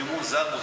רק שנייה, רויטל.